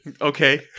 Okay